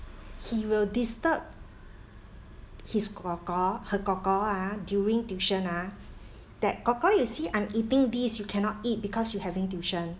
he will disturb his gorgor her gorgor ah during tuition ah that gorgor you see I'm eating these you cannot eat because you having tuition